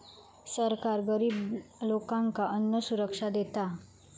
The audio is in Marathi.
सरकार गरिब लोकांका अन्नसुरक्षा देता